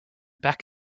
back